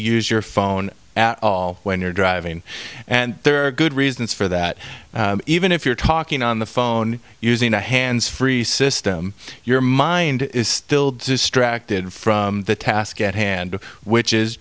use your phone at all when you're driving and there are good reasons for that even if you're talking on the phone using a hands free system your mind is still distracted from the task at hand which is